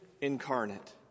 incarnate